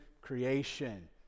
creation